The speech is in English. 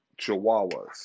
chihuahuas